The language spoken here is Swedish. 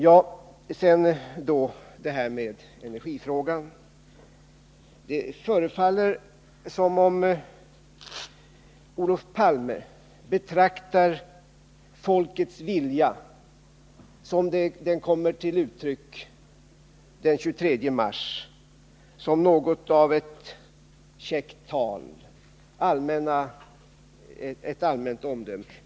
Ja, sedan då det här med energifrågan. Det förefaller som om Olof Palme betraktar folkets vilja — som den kommer till uttryck den 23 mars — som något av ett käckt tal, ett allmänt omdöme.